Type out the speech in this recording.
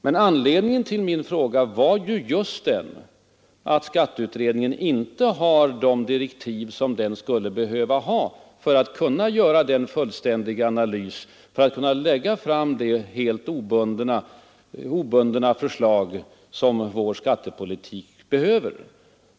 Men anledningen till min fråga var ju den att skatteutredningen inte har de direktiv den skulle behöva ha för att kunna göra den fullständiga analys och lägga fram det helt obundna förslag som vår skattepolitik förutsätter.